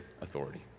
authority